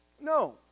No